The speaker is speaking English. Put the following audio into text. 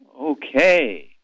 Okay